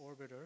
orbiter